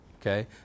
Okay